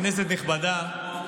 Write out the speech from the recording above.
כנסת נכבדה,